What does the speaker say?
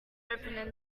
opened